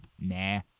Nah